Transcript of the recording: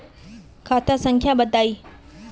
खाता संख्या बताई?